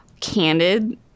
candid